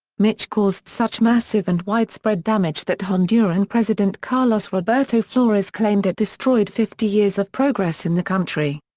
mitch caused such massive and widespread damage that honduran president carlos roberto flores claimed it destroyed fifty years of progress in the country.